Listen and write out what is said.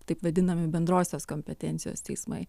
taip vadinami bendrosios kompetencijos teismai